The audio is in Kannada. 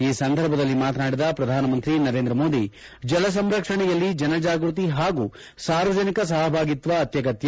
ಈ ಸಂದರ್ಭದಲ್ಲಿ ಮಾತನಾಡಿದ ಪ್ರಧಾನಮಂತ್ರಿ ನರೇಂದ್ರ ಮೋದಿ ಜಲ ಸಂರಕ್ಷಣೆಯಲ್ಲಿ ಜನಜಾಗೃತಿ ಹಾಗೂ ಸಾರ್ವಜನಿಕ ಸಹಭಾಗಿತ್ವ ಅತ್ಯಗತ್ಯ